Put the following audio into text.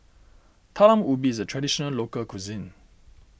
Talam Ubi is a Traditional Local Cuisine